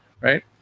right